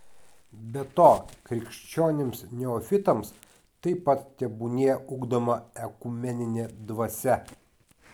be to krikščionims neofitams taip pat tebūnie ugdoma ekumeninė dvasia